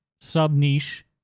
sub-niche